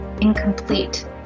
incomplete